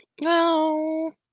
No